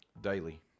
daily